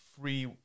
free